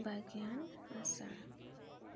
ᱵᱮᱜᱮᱭᱟᱱ ᱟᱥᱟᱲ